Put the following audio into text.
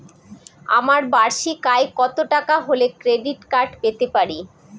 আমার বার্ষিক আয় কত টাকা হলে ক্রেডিট কার্ড পেতে পারি?